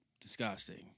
Disgusting